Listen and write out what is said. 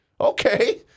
Okay